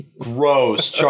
Gross